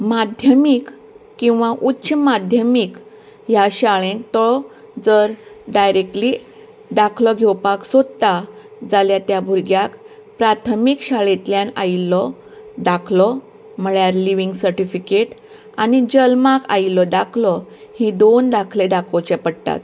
माध्यमीक किंवां उच्च माध्यमीक ह्या शाळेंत तो जर डायरेक्टली दाखलो घेवपाक सोदता जाल्यार त्या भुरग्याक प्राथमीक शाळेंतल्यान आयिल्लो दाखलो म्हळ्यार लिविंग सर्टिफीकेट आनी जल्माक आयिल्लो दाखलो ही दोन दाखले दाखोवचे पडटात